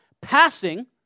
passing